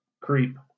Creep